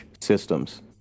systems